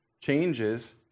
changes